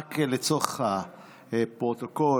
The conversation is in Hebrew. רק לצורך הפרוטוקול,